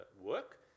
work